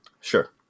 Sure